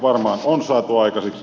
varmaan on saatu aikaiseksi